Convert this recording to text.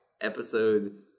episode